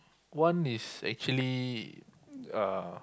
one is actually uh